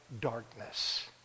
darkness